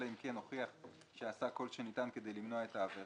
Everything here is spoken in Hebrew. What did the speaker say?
אלא אם כן הוכיח שעשה כל שניתן כדי למנוע את העבירה.